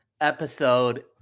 episode